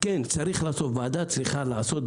ועדה צריכה לעשות,